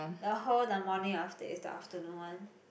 the whole the morning after is the afternoon one